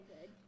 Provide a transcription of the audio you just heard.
good